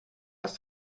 das